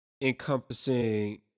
encompassing